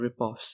ripoffs